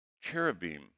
cherubim